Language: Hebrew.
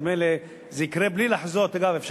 אגב,